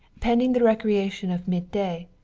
pending the recreation of mid-day,